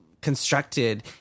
constructed